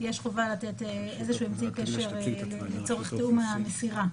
יש חובה לתת איזה אמצעי קשר לצורך תיאום המסירה.